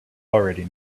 already